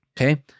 okay